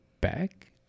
back